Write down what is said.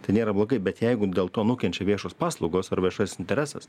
tai nėra blogai bet jeigu dėl to nukenčia viešos paslaugos ar viešasis interesas